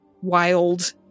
wild